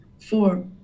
Four